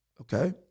Okay